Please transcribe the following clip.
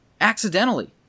accidentally